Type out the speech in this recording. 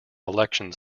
elections